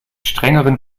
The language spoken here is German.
strengeren